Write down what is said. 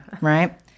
right